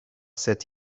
set